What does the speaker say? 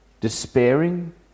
despairing